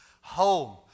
home